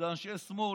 זה אנשי שמאל,